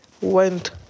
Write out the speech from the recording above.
went